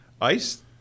ice